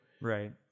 Right